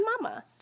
Mama